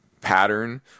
pattern